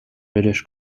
british